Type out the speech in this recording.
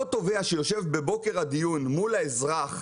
אותו תובע שיושב בבוקר הדיון מול האזרח,